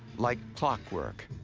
like clockwork,